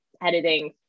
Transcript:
editing